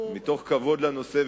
מתוך כבוד לנושא,